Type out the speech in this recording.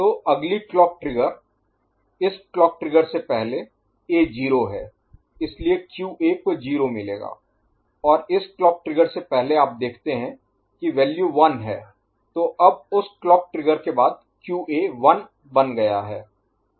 तो अगली clock trigger इस क्लॉक ट्रिगर से पहले A 0 है इसलिए QA को 0 मिलेगा और इस क्लॉक ट्रिगर से पहले आप देखते हैं कि वैल्यू 1 है तो अब उस क्लॉक ट्रिगर के बाद QA 1 बन गया है